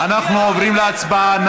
אנחנו עוברים להצבעה.